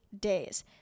days